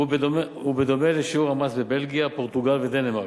והוא דומה לשיעור המס בבלגיה, פורטוגל ודנמרק.